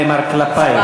היא אמרה לי "חוצפן".